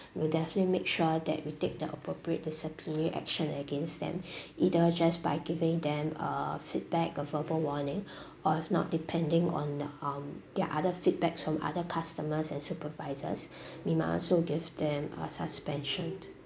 we'll definitely make sure that we take the appropriate disciplinary action against them either just by giving them err feedback or verbal warning or if not depending on the um the other feedbacks from other customers and supervisors we might also give them uh suspension